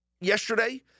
yesterday